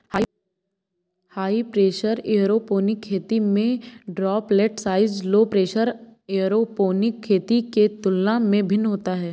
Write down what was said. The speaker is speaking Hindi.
हाई प्रेशर एयरोपोनिक खेती में droplet size low pressure aeroponic खेती के तुलना में भिन्न होता है